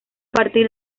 partir